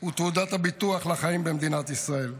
הוא תעודת הביטוח לחיים במדינת ישראל.